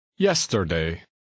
Yesterday